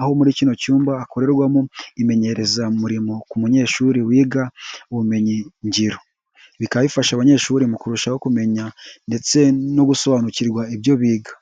aho muri kino cyumba hakorerwamo imenyerezamurimo ku munyeshuri wiga ubumenyingiro. Bikaba bifasha abanyeshuri mu kurushaho kumenya ndetse no gusobanukirwa ibyo biga.